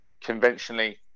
conventionally